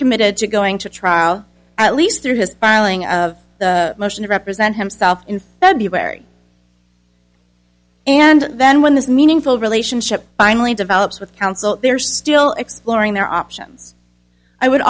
committed to going to trial at least through his filing of the motion to represent himself in february and then when this meaningful relationship finally develops with counsel they are still exploring their options i would